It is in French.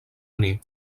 années